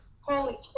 Holy